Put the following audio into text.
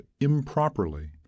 improperly